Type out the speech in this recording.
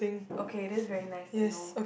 okay that's very nice to know